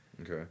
Okay